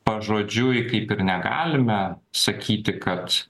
pažodžiui kaip ir negalime sakyti kad